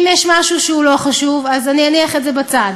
אם יש משהו שהוא לא חשוב, אני אניח אותו בצד.